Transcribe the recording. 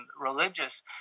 religious